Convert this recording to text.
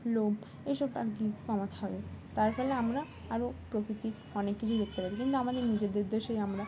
লোভ এসব আর কি কমাতে হবে তার ফলে আমরা আরও প্রকৃতির অনেক কিছুই দেখতে পারি কিন্তু আমাদের নিজেদের দেশেই আমরা